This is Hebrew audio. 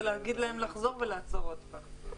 זה להגיד להם לחזור ולעצור עוד פעם.